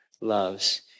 loves